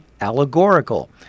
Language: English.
allegorical